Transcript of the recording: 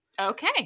Okay